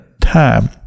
time